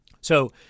So-